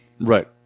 Right